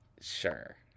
Sure